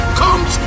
comes